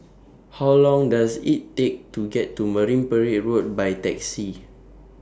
How Long Does IT Take to get to Marine Parade Road By Taxi